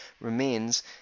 remains